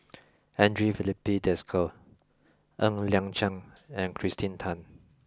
Andre Filipe Desker Ng Liang Chiang and Kirsten Tan